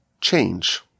change